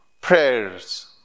Prayers